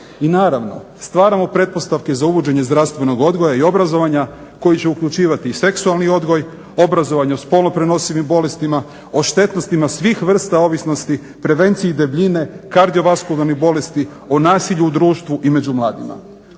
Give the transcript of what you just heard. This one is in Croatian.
I naravno stvaramo pretpostavke za uvođenje zdravstvenog odgoja i obrazovanja koji će uključivati i seksualni odgoj, obrazovanje o spolno prenosivim bolestima, o štetnostima svih vrsta ovisnosti, prevenciji debljine, kardiovaskularnih bolesti, o nasilju u društvu i među mladima.